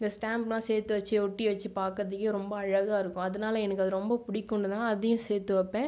இந்த ஸ்டாம்ப் நான் சேர்த்து வைத்து ஒட்டி வைத்து பார்பதற்க்கே ரொம்ப அழகாக இருக்கும் அதனால் எனக்கு அது ரொம்ப பிடிக்கும் என்பதால் அதையும் சேர்த்து வைப்பேன்